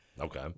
Okay